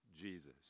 Jesus